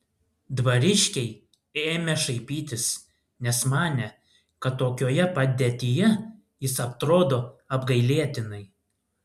dvariškiai ėmė šaipytis nes manė kad tokioje padėtyje jis atrodo apgailėtinai